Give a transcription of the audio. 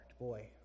Boy